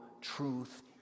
truth